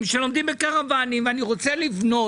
שלומדים בקרוואנים והוא רוצה לבנות,